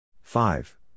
five